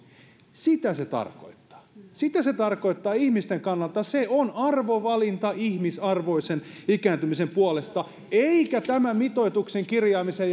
sitä se tarkoittaa sitä se tarkoittaa ihmisten kannalta se on arvovalinta ihmisarvoisen ikääntymisen puolesta eikä tämän mitoituksen kirjaamisen